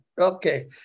okay